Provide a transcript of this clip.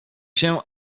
się